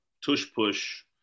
tush-push